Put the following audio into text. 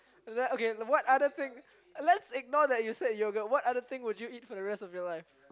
okay what other thing let's ignore you said yogurt what other thing would you eat for the rest of your life